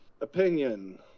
opinion